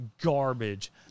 garbage